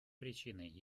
причиной